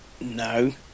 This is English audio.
No